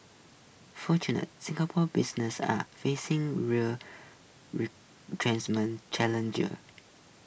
fortunate Singapore businesses are facing real challenger